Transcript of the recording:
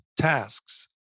tasks